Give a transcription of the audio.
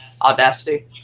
Audacity